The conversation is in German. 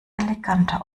eleganter